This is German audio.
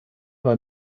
bei